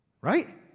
Right